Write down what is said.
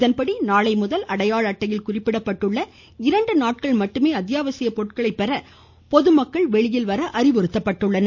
இதன்படி நாளை முதல் அடையாள அட்டையில் குறிப்பிடப்பட்டுள்ள இரண்டு நாட்கள் மட்டுமே அத்தியாவசிய பொருட்களை பெற பொதுமக்கள் வெளியில் வர அறிவுறுத்தப்படுகின்றனர்